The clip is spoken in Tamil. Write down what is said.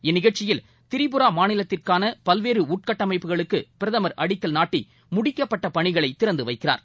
இந்நிகழ்ச்சியில் திரிடரா மாநிலத்திற்கான பல்வேறு உள்கட்டமைப்புகளுக்கு பிரதமர் அடிக்கல் நாட்டி முடிக்கப்பட்ட பணிகளை திறந்து வைக்கிறார்